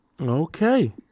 Okay